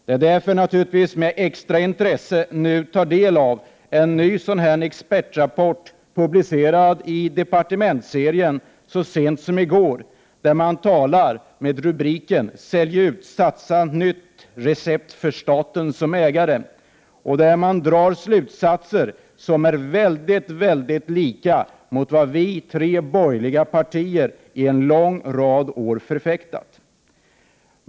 Därför tar vi naturligtvis med extra stort intresse del av en ny expertrapport publicerad i departementsserien så sent som i går. Under rubriken ”Sälj ut, satsa nytt — recept för staten som ägare” drar man slutsatser som är väldigt lika dem som vi tre borgerliga partier har förfäktat under många år.